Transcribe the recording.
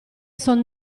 son